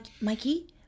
Mikey